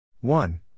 one